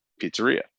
pizzeria